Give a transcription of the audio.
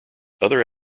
other